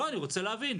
לא, אני רוצה להבין.